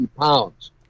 pounds